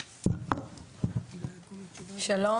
שלום,